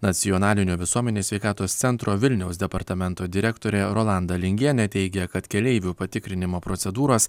nacionalinio visuomenės sveikatos centro vilniaus departamento direktorė rolanda lingienė teigė kad keleivių patikrinimo procedūros